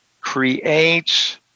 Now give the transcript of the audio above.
creates